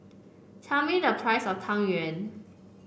tell me the price of Tang Yuen